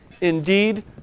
indeed